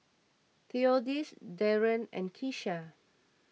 theodis Daron and Keesha